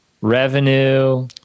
revenue